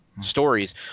stories